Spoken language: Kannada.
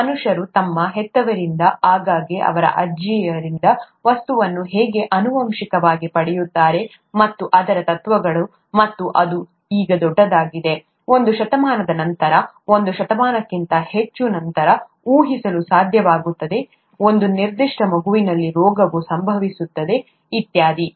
ಮನುಷ್ಯರು ತಮ್ಮ ಹೆತ್ತವರಿಂದ ಆಗಾಗ್ಗೆ ಅವರ ಅಜ್ಜಿಯರಿಂದ ವಸ್ತುಗಳನ್ನು ಹೇಗೆ ಆನುವಂಶಿಕವಾಗಿ ಪಡೆಯುತ್ತಾರೆ ಮತ್ತು ಅದರ ತತ್ವಗಳು ಮತ್ತು ಅದು ಈಗ ದೊಡ್ಡದಾಗಿದೆ ಒಂದು ಶತಮಾನದ ನಂತರ ಹೆಚ್ಚು ಒಂದು ಶತಮಾನಕ್ಕಿಂತ ಹೆಚ್ಚು ನಂತರ ಊಹಿಸಲು ಸಾಧ್ಯವಾಗುತ್ತದೆ ಒಂದು ನಿರ್ದಿಷ್ಟ ಮಗುವಿನಲ್ಲಿ ರೋಗವು ಸಂಭವಿಸುತ್ತದೆ ಇತ್ಯಾದಿ